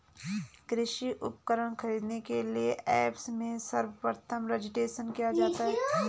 कृषि उपकरण खरीदने के लिए ऐप्स में सर्वप्रथम रजिस्ट्रेशन किया जाता है